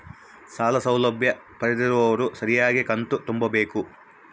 ಸಾಲ ಸೌಲಭ್ಯ ಪಡೆದಿರುವವರು ಸರಿಯಾಗಿ ಕಂತು ತುಂಬಬೇಕು?